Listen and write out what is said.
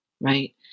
right